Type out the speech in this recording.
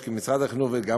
כי משרד החינוך,